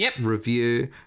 review